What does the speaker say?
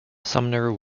sumner